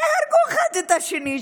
שיהרגו אחד את השני,